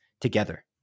together